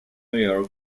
york